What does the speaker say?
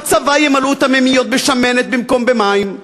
בצבא ימלאו את המימיות בשמנת במקום במים,